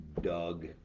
Doug